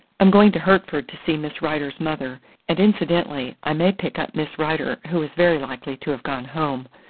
i'm going to hertford to see miss rider's mother and incidentally, i may pick up miss rider, who is very likely to have gone home.